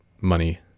money